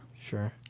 Sure